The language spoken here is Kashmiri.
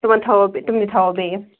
تِمَن تھاوَو بیٚیہِ تِمنٕے تھاوَو بیٚیہِ